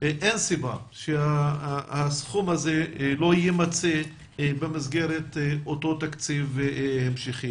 אין סיבה שהסכום הזה לא יימצא במסגרת אותו תקציב המשכי.